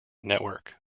network